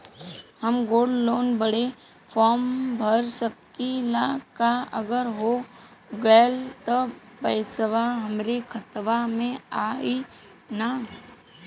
हम gold loan बड़े form भर सकी ला का अगर हो गैल त पेसवा हमरे खतवा में आई ना?